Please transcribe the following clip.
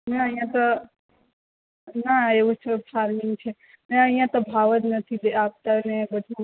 ના અહિયા તો ના એવું થોડુંક સારું એવુ છે ને અહિયા તો ભાવ જ નથી આપતા ને બધું